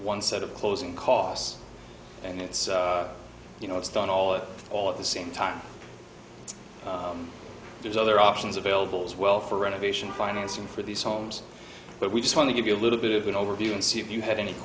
one set of closing costs and it's you know it's done all all at the same time there's other options available as well for renovation financing for these homes but we just want to give you a little bit of an overview and see if you have any